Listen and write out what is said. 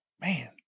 Man